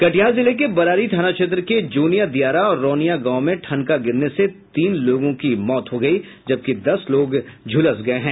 कटिहार जिले के बरारी थाना क्षेत्र के जोनिया दियारा और रौनिया गांव में ठनका गिरने से तीन लोगों की मौत हो गई जबकि दस लोग झुलस गए हैं